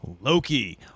Loki—